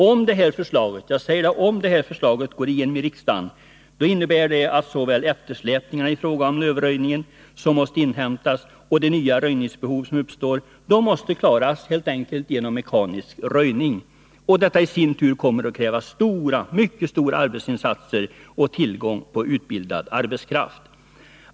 Om-— jag betonar det — det här förslaget går igenom i riksdagen innebär det att såväl de eftersläpningar i fråga om lövröjningen som måste inhämtas och de nya lövröjningsbehov som uppstår helt enkelt måste klaras genom mekanisk röjning. Detta i sin tur kommer att kräva mycket stora arbetsinsatser och tillgång på utbildad arbetskraft.